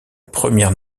première